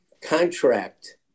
contract